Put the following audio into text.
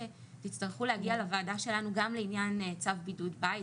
שתצטרכו להגיע לוועדה שלנו גם לעניין צו בידוד בית,